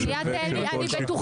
ובן האדם האחר,